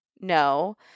No